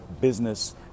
business